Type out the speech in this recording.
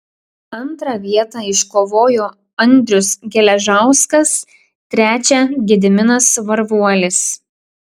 antrą vietą iškovojo andrius geležauskas trečią gediminas varvuolis